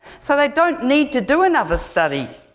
so they don't need to do another study!